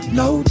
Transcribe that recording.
no